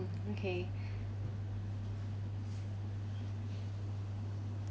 okay